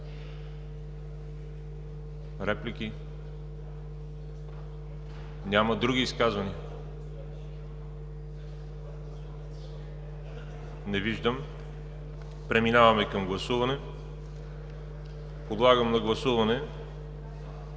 Реплики? Няма. Други изказвания? Не виждам. Преминаваме към гласуване. Подлагам на гласуване